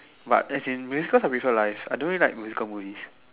but as in musicals are musicals life I don't usually like musical movies